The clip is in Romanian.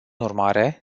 urmare